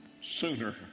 sooner